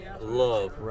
love